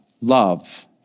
love